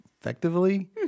effectively